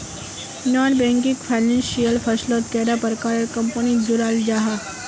Non banking financial फसलोत कैडा प्रकारेर कंपनी जुराल जाहा?